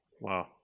Wow